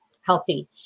healthy